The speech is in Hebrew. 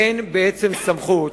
אין בעצם סמכות.